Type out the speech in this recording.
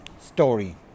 Story